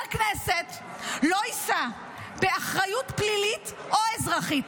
כנסת לא יישא באחריות פלילית או אזרחית,